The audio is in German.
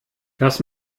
das